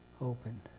open